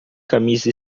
camisa